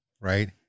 right